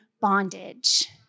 bondage